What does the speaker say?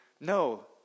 No